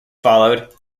followed